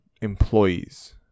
employees